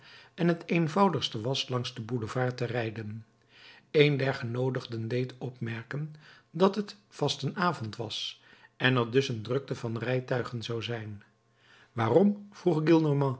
en het eenvoudigste was langs den boulevard te rijden een der genoodigden deed opmerken dat het vastenavond was en er dus een drukte van rijtuigen zou zijn waarom vroeg